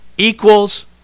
equals